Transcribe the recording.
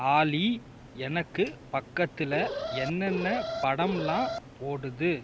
ஆலி எனக்கு பக்கத்தில் என்னென்ன படமெலாம் ஓடுது